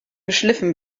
geschliffen